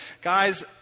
guys